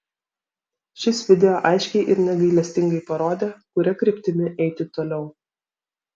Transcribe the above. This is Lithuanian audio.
šis video aiškiai ir negailestingai parodė kuria kryptimi eiti toliau